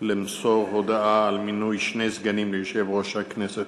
למסור הודעה על מינוי שני סגנים ליושב-ראש הכנסת.